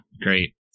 great